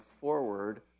forward